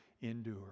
endure